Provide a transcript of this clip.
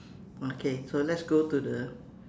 okay so let's go to the